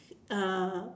uh